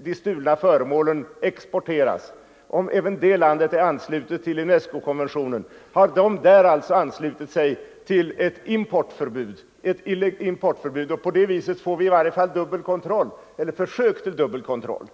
de stulna föremålen exporteras är anslutet till UNESCO konventionen och alltså har infört ett importförbud. På det sättet får vi i varje fall ett försök till dubbel kontroll.